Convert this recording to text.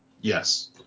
Yes